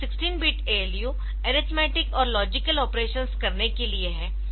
यह 16 bit ALU arithmetic और logical operations करने के लिए है